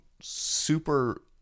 super